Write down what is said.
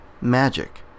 magic